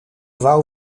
wou